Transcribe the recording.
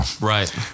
Right